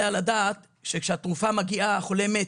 על הדעת שכשהתרופה מגיעה החולה מת.